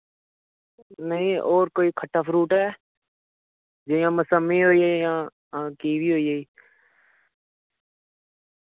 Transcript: नेईं और कोई खट्टा फ्रूट ऐ जि'यां मसम्मी होइयी यां कीवी होई